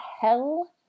hell